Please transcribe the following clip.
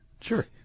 Sure